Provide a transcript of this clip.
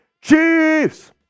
chiefs